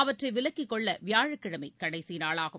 அவற்றை விலக்கிக் கொள்ள வியாழக்கிழமை கடைசி நாளாகும்